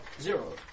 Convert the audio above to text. zero